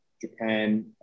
Japan